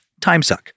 timesuck